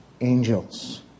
angels